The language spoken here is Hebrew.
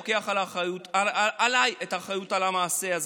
לוקח עליי את האחריות למעשה הזה,